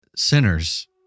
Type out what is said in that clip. Sinners